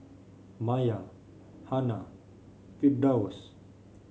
Maya Hana Firdaus